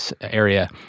area